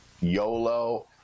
YOLO